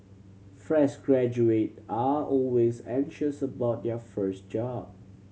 fresh graduate are always anxious about their first job